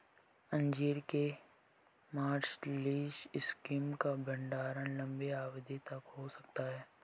अंजीर के मार्सलीज किस्म का भंडारण लंबी अवधि तक हो सकता है